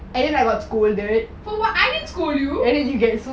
I din scold you